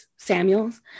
samuels